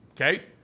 okay